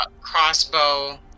crossbow